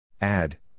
Add